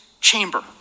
chamber